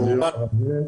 את היושב-ראש,